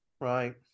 Right